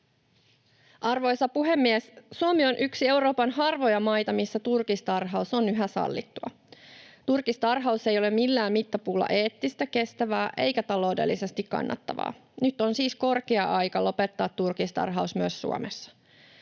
Arvoisa puhemies! Suomi on yksi Euroopan harvoja maita, missä turkistarhaus on yhä sallittua. Turkistarhaus ei ole millään mittapuulla eettistä, kestävää eikä taloudellisesti kannattavaa. Nyt on siis korkea aika lopettaa turkistarhaus myös Suomessa.